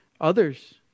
Others